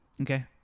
Okay